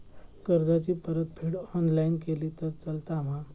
कर्जाची परतफेड ऑनलाइन केली तरी चलता मा?